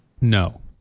no